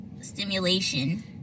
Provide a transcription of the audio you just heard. stimulation